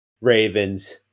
Ravens